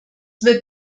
wird